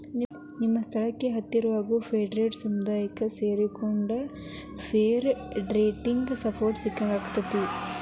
ನಿಮ್ಮ ಸ್ಥಳಕ್ಕ ಹತ್ರಾಗೋ ಫೇರ್ಟ್ರೇಡ್ ಸಮುದಾಯಕ್ಕ ಸೇರಿಕೊಂಡ್ರ ಫೇರ್ ಟ್ರೇಡಿಗೆ ಸಪೋರ್ಟ್ ಸಿಕ್ಕಂಗಾಕ್ಕೆತಿ